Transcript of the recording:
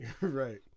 Right